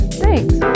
thanks